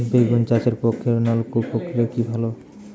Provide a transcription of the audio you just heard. বেগুন চাষের পক্ষে নলকূপ প্রক্রিয়া কি ভালো?